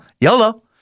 Yolo